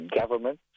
government